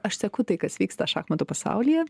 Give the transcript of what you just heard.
aš seku tai kas vyksta šachmatų pasaulyje